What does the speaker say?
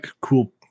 cool